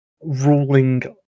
ruling